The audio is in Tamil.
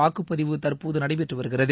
வாக்குப்பதிவு தற்போது நடைபெற்று வருகிறது